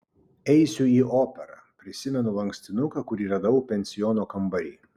eisiu į operą prisimenu lankstinuką kurį radau pensiono kambary